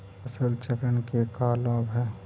फसल चक्रण के का लाभ हई?